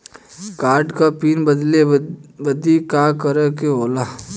Card क pin बदले बदी का करे के होला?